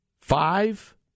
five